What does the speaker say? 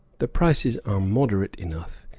the prices are moderate enough,